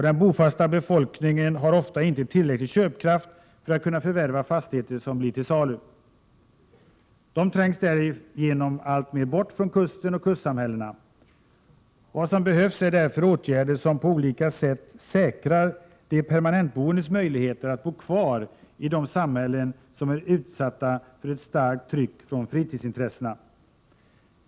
Den bofasta befolkningen har ofta inte tillräcklig köpkraft för att kunna förvärva fastigheter som blir till salu. De trängs därigenom alltmer bort från kusten och kustsamhällena. Det behövs därför åtgärder som på olika sätt säkrar de permanentboendes möjligheter att bo kvar i de samhällen som är utsatta för ett starkt tryck på fritidsintressen.